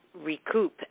recoup